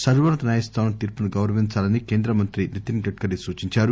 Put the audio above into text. సర్వోన్నత న్యాయస్థానం తీర్పును గౌరవించాలని కేంద్రమంత్రి నితిన్ గడ్కరీ సూచించారు